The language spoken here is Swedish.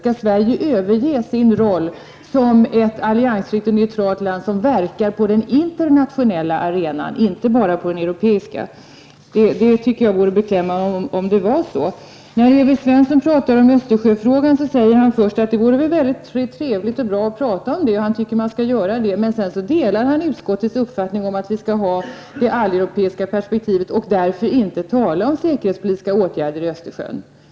Skall Sverige överge sin roll som ett alliansfritt och neutralt land som verkar på den internationella arenan, inte bara på den europeiska. Jag tycker att det vore beklämmande om det var så. När Evert Svensson pratar om Östersjöfrågan säger han först att det vore mycket trevligt och bra att få resonera om den. Han tycker att man skall göra det. Men sedan delar han utskottets uppfattning att vi skall ha det alleuropeiska perspektivet och att vi därför inte skall tala om säkerhetspolitiska åtgärder i Östersjön.